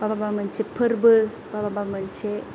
बा माबा मोनसे फोरबो बा माबा मोनसे